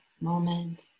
moment